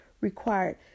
required